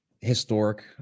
historic